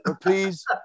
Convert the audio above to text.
Please